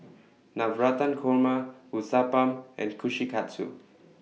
Navratan Korma Uthapam and Kushikatsu